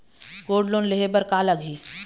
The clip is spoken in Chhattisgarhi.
गोल्ड लोन लेहे बर का लगही?